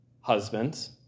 husbands